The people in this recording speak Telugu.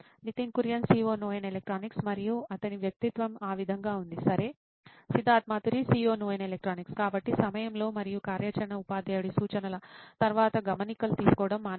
Nitin Kurien COO Noyin electronics మరియు అతని వ్యక్తిత్వం ఆ విధంగా ఉంది సరే సిద్ధార్థ్ మాతురి CEO నోయిన్ ఎలక్ట్రానిక్స్ కాబట్టి 'సమయంలో' మరియు కార్యాచరణ ఉపాధ్యాయుడి సూచనల తర్వాత గమనికలు తీసుకోవడం మానేయండి